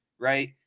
Right